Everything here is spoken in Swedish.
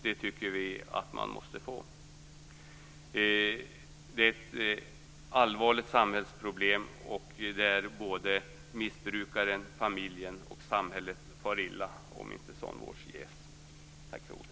Det tycker vi att de måste få. Det är ett allvarligt samhällsproblem, och missbrukaren, familjen och samhället far illa om sådan vård inte ges.